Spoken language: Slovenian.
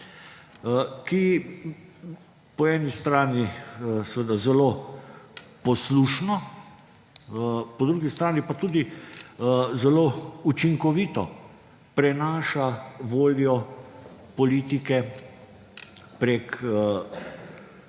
ki po eni strani seveda zelo poslušno, po drugi strani pa tudi zelo učinkovito prenaša voljo politike preko